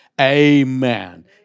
Amen